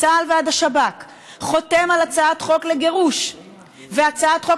מצה"ל ועד השב"כ חותם על הצעת חוק לגירוש והצעת חוק